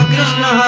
Krishna